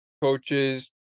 coaches